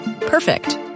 Perfect